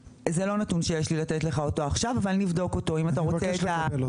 זה לא נתון שיש לי אותו עכשיו אבל אני אבדוק אותו אם אתה רוצה את הבדיקה.